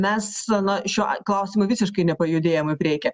mes na šiuo klausimu visiškai nepajudėjom į priekį